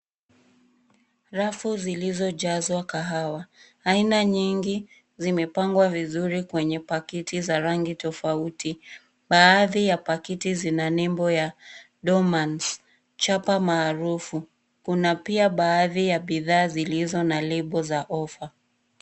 Rafu zilizojazwa kahawa. Aina nyingi zimepangwa vizuri kwenye pakiti za rangi tofauti. Baadhi ya pakiti zina nembo ya, Dormans, chapa maarufu. Kuna pia baadhi ya bidhaa zilizo na lebo za ofa.